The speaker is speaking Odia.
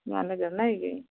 ମ୍ୟାନେଜର୍ ନାହିଁ କିି